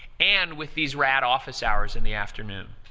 and with these rad office hours in the afternoon.